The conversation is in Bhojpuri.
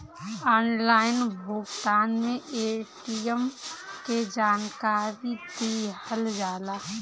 ऑनलाइन भुगतान में ए.टी.एम के जानकारी दिहल जाला?